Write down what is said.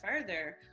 further